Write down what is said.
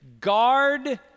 Guard